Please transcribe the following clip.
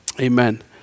amen